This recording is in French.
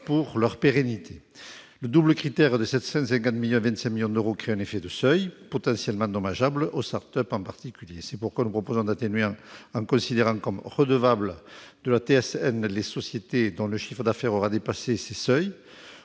pour leur pérennité. Le double critère de 750 millions et de 25 millions d'euros crée un effet de seuil potentiellement dommageable aux start-up en particulier. C'est pourquoi nous proposons d'atténuer cet effet en considérant comme redevables de la TSN les sociétés dont le chiffre d'affaires aurait dépassé ces seuils